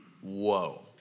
Whoa